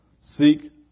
Seek